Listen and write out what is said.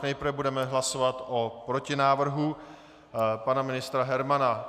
Nejprve budeme hlasovat o protinávrhu pana ministra Hermana.